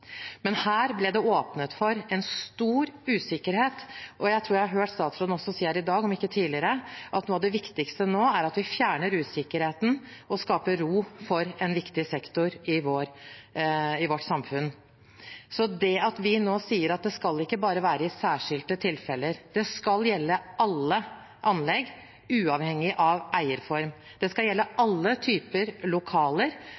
Men her ble det åpnet for en stor usikkerhet, og jeg tror jeg har hørt statsråden også si her i dag, om ikke tidligere, at noe av det viktigste nå er at vi fjerner usikkerheten og skaper ro for en viktig sektor i vårt samfunn. Det vi nå sier, er at det ikke skal være bare i særskilte tilfeller. Det skal gjelde alle anlegg, uavhengig av eierform. Det skal gjelde